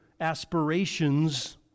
aspirations